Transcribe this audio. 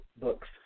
books